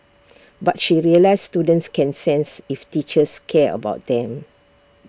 but she realised students can sense if teachers care about them